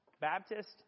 Baptist